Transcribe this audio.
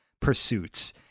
pursuits